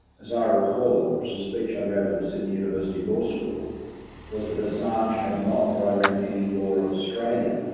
as i recall, it was a speech i gave at the sydney university law school was that assange had not broken any law of australia,